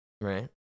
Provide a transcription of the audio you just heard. right